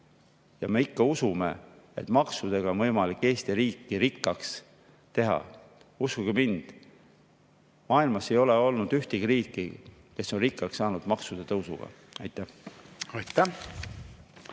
aga me ikka usume, et maksudega on võimalik Eesti riiki rikkaks teha. Uskuge mind, maailmas ei ole ühtegi riiki, mis on rikkaks saanud maksude tõusuga. Aitäh!